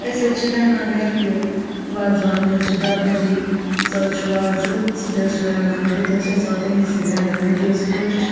أسۍ حظ چھِ رَننان گَرِ تہِ وازوان مےٚ حظ چھِ داداجی سُہ حظ چھِ وازٕ سُہ تہِ حظ چھِ رَنان بہٕ تہِ حظ چھس وۄنۍ تٔمِس سۭتۍ رَنان مےٚ تہِ حظ ہیوٚچھ